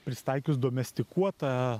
prisitaikius domestikuota